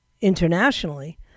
internationally